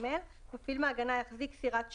(ג) מפעיל מעגנה יחזיק סירת שירות,